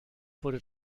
wurde